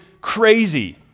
crazy